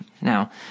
Now